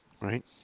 right